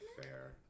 Fair